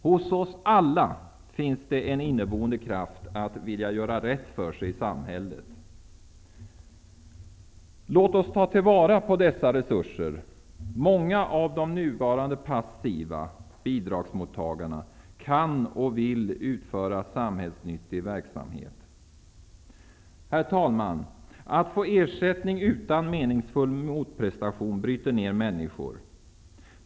Hos oss alla finns en inneboende kraft att vilja göra rätt för sig i samhället. Låt oss ta tillvara dessa resurser. Många av de nuvarande passiva bidragsmotttagarna kan och vill utföra samhällsnyttig verksamhet. Herr talman! Att få ersättning utan meningsfull motprestation bryter ner människor.